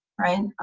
right? and